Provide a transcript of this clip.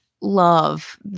love